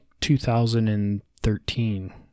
2013